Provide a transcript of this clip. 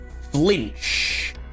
flinch